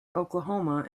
oklahoma